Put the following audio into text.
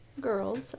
girls